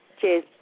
Cheers